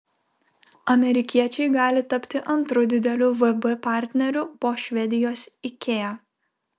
amerikiečiai gali tapti antru dideliu vb partneriu po švedijos ikea